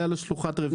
היתה לו שלוחת רבייה,